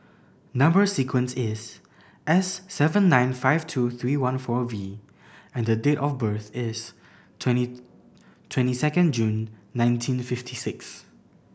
number sequence is S seven nine five two three one four V and date of birth is twenty second June nineteen fifty six